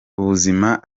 ubuzima